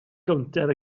gownter